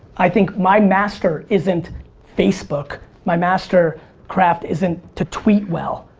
i think my master isn't facebook. my master craft isn't to tweet well.